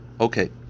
Okay